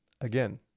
Again